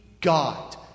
God